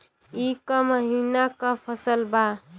ई क महिना क फसल बा?